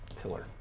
pillar